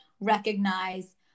recognize